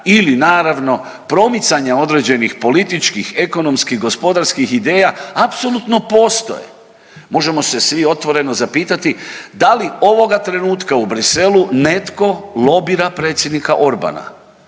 ili, naravno, primicanje određenih političkih, ekonomskih, gospodarskih ideja apsolutno postoje. Možemo se svi otvoreno zapitati da li ovoga trenutka u Bruxellesu netko lobira predsjednika Orbana.